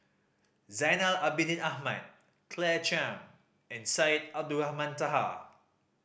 Zainal Abidin Ahmad Claire Chiang and Syed Abdulrahman Taha